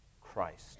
Christ